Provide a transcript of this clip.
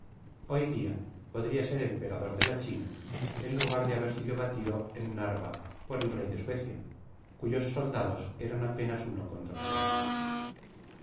hoy dia podria ser emperador de la china en lugar de haber sido batido en narva por el rey de suecia cuyos soldados eran apenas uno contra seis